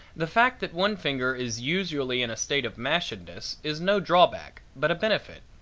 the fact that one finger is usually in a state of mashedness is no drawback, but a benefit.